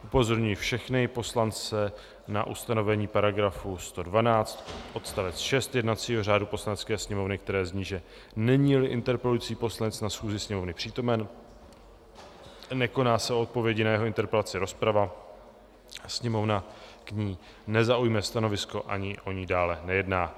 Upozorňuji všechny poslance na ustanovení § 112 odst. 6 jednacího řádu Poslanecké sněmovny, které zní, že neníli interpelující poslanec na schůzi Sněmovny přítomen, nekoná se v odpovědi na jeho interpelaci rozprava, Sněmovna k ní nezaujme stanovisko ani o ní dále nejedná.